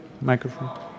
Microphone